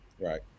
Right